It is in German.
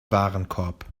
warenkorb